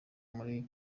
muri